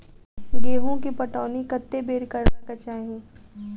गेंहूँ केँ पटौनी कत्ते बेर करबाक चाहि?